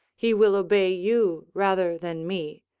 he will obey you rather than me.